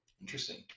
Interesting